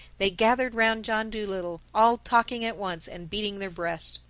they gathered round john dolittle, all talking at once and beating their breasts.